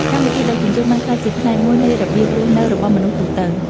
កម្មវិធីដឹកជញ្ជូន បានក្លាយជាផ្នែកមួយនៃរបៀបរស់នៅរបស់មនុស្សទូទៅ។